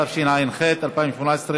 התשע"ח 2018,